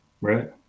Right